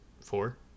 Four